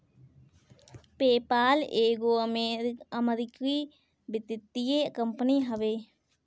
PayPal एगो अमरीकी वित्तीय कंपनी हवे